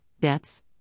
deaths